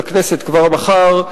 לכנסת כבר מחר,